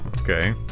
Okay